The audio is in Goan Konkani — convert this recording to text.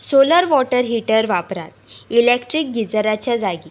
सोलर वॉटर हिटर वापरात इलॅक्ट्रीक गिजराच्या जागी